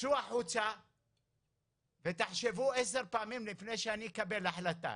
צאו החוצה ותחשבו עשר פעמים לפני שאני אקבל החלטה,